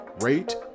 rate